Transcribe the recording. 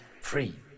free